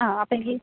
ആ അപ്പം എനിക്ക്